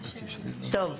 נכון?